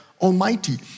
Almighty